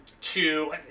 two